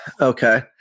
Okay